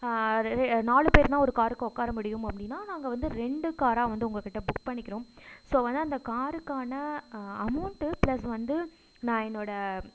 ரெ ரெ நாலு பேர்னால் ஒரு காருக்கு உட்கார முடியும் அப்படின்னா நாங்கள் வந்து ரெண்டு காராக வந்து உங்கள்கிட்ட புக் பண்ணிக்கிறோம் ஸோ வந்து அந்த காருக்கான அமௌன்ட்டு ப்ளஸ் வந்து நான் என்னோட